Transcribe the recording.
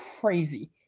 crazy